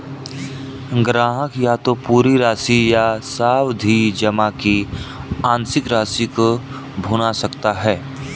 ग्राहक या तो पूरी राशि या सावधि जमा की आंशिक राशि को भुना सकता है